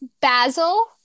Basil